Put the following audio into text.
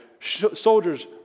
Soldiers